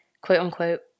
quote-unquote